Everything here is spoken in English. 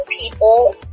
people